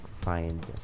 find